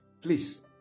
Please